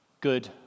Good